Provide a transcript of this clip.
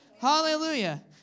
hallelujah